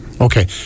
Okay